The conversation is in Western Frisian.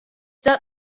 dat